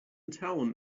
town